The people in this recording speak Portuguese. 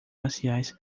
marciais